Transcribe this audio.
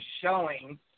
showing